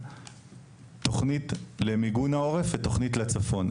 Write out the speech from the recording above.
תוכנית למיגון העורף ותוכנית לצפון.